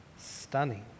stunning